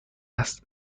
است